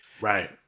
right